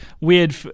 weird